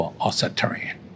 authoritarian